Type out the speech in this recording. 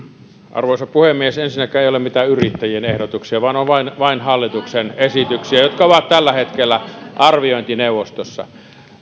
arvoisa puhemies ensinnäkään ei ole mitään yrittäjien ehdotuksia vaan on vain vain hallituksen esityksiä jotka ovat tällä hetkellä arviointineuvostossa